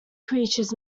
creatures